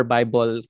Bible